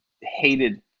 hated